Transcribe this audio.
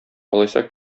алайса